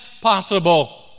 possible